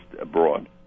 abroad